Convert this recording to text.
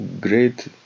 great